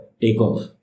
takeoff